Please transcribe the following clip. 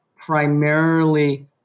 primarily